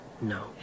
No